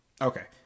Okay